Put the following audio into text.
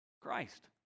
Christ